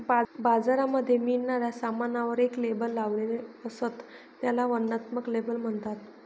बाजारामध्ये मिळणाऱ्या सामानावर एक लेबल लावलेले असत, त्याला वर्णनात्मक लेबल म्हणतात